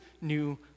new